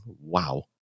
Wow